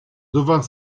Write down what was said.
devant